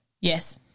yes